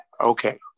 Okay